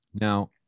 Now